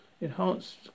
Enhanced